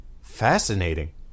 Fascinating